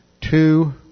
two